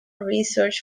research